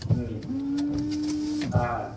হুম হ্যাঁ